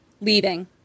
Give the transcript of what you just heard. leaving